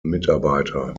mitarbeiter